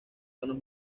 tonos